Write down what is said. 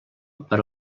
per